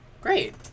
great